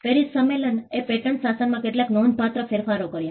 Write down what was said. Paris સંમેલનએ patent શાસનમાં કેટલાક નોંધપાત્ર ફેરફારો કર્યા